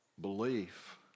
belief